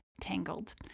Tangled